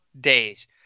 days